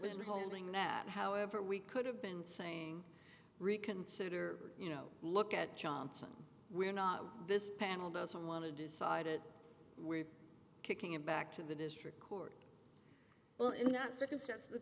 was no holding that however we could have been saying reconsider you know look at johnson we're not this panel doesn't want to decide it we're kicking it back to the district court well in that circumstance the